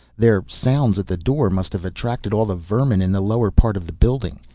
their sounds at the door must have attracted all the vermin in the lower part of the building.